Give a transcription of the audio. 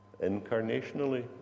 incarnationally